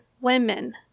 women